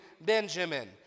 Benjamin